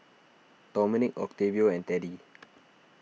Dominique Octavio and Teddy